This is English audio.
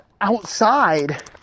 outside